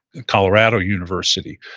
colorado university,